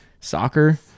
soccer